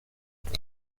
tres